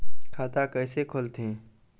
खाता कइसे खोलथें?